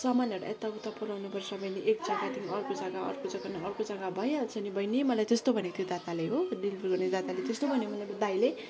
सामानहरू यता उता पुऱ्याउनु पर्छ मैले एक जग्गादेखि अर्को जग्गा अर्को जग्गादेखि अर्को जगा भइहाल्छ नि बहिनी मलाई त्यस्तो भन्यो त्यो दादाले हो डेलिभर गर्ने दादाले त्यस्तो भन्यो त्यो दाइले